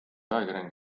ajakirjanik